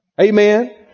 Amen